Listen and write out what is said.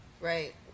right